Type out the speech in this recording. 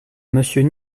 monsieur